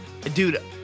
Dude